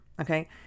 okay